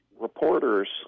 reporters